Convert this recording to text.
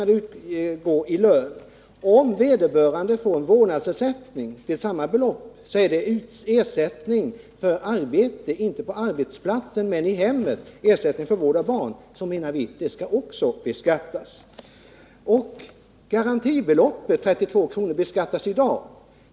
Men om vederbörande får en vårdnadsersättning med samma belopp, är det ersättning för arbete — inte på arbetsplatsen, men i hemmet, i form av ersättning för vård av hem och barn, som vi menar också skall beskattas. Garantibeloppet, 32 kr., beskattas i dag.